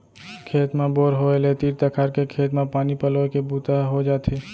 खेत म बोर होय ले तीर तखार के खेत म पानी पलोए के बूता ह हो जाथे